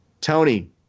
Tony